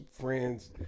friends